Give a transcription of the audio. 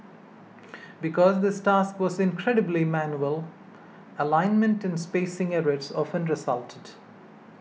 because this task was incredibly manual alignment and spacing errors often resulted